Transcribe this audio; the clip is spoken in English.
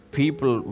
people